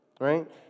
right